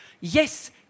yes